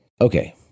Okay